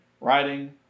writing